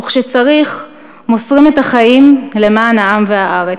וכשצריך מוסרים את החיים למען העם והארץ.